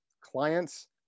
clients